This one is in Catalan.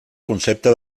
concepte